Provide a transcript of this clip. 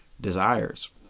desires